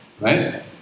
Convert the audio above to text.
right